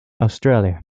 australia